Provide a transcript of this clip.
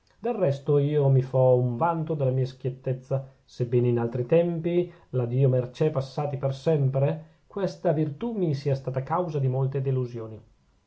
del resto io mi fo un vanto della mia schiettezza sebbene in altri tempi la dio mercè passati per sempre questa virtù mi sia stata causa di molte delusioni